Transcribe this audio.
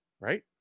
right